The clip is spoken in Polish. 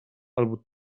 albo